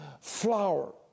flower